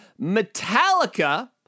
Metallica